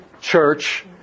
Church